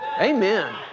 Amen